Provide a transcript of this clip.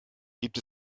gibt